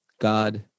God